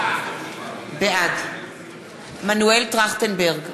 בעד מנואל טרכטנברג,